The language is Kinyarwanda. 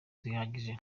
zihagije